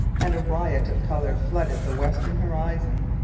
and a riot of colour flooded the western horizon.